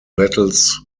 battles